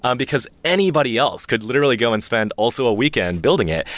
um because anybody else could literally go and spend also a weekend building it.